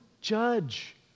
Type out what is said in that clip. judge